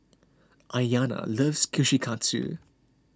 Aiyana loves Kushikatsu